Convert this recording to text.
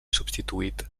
substituït